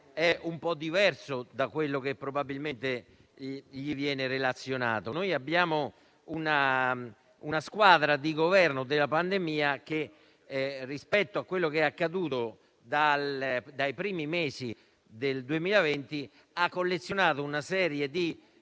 è un po' diverso da quello che probabilmente le viene relazionato. Noi abbiamo una squadra di governo della pandemia che, rispetto a quello che è accaduto dai primi mesi del 2020, ha collezionato una serie di